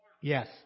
Yes